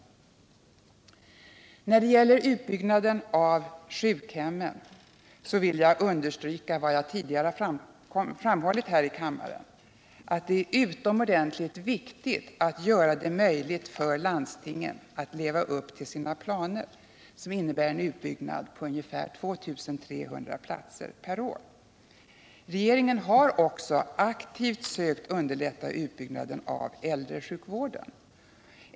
När det gäller utbyggnaden av sjukhemmen vill jag understryka vad jag tidigare har framhållit här i kammaren, att det är utomordentligt viktigt att göra det möjligt för landstingen att fullfölja sina planer på en utbyggnad med ungefär 2 300 platser per år. Regeringen har också aktivt sökt underlätta utbyggnaden av äldresjukvården.